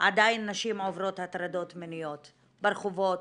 עדיין נשים עוברות הטרדות מיניות: ברחובות,